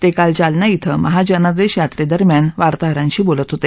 ते काल जालना इथं महाजनादेश यात्रेदरम्यान वार्ताहरांशी बोलत होते